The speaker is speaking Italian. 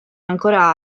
ancora